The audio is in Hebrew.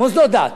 מוסדות דת.